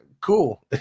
cool